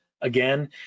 Again